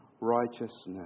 righteousness